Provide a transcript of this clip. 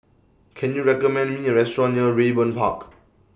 Can YOU recommend Me A Restaurant near Raeburn Park